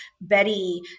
Betty